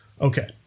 Okay